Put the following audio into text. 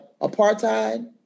apartheid